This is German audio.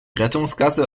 rettungsgasse